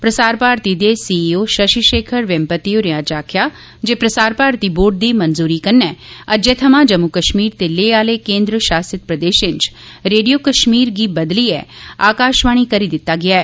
प्रसार भारती दे सीईओ शशि शेखर वेम्पती होरें अज्ज आखेआ जे प्रसार भारती बोर्ड दी मंजूरी कन्नै अज्जै थमां जम्मू कश्मीर ते लेह आहले केन्द्र शासित प्रदेशो च रेडियो कश्मीर गी बदलियै आकाशवाणी करी दित्ता गेआ ऐ